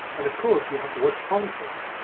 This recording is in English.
and of course you have to watch politics.